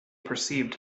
perceived